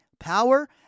power